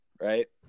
right